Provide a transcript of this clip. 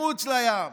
מחוץ לים.